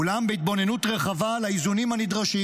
אולם בהתבוננות רחבה על האיזונים הנדרשים,